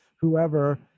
whoever